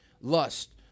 lust